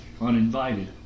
uninvited